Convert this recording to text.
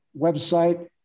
website